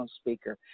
speaker